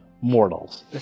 mortals